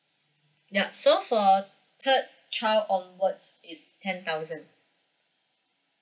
yup so for third child onwards is ten thousand